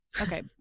Okay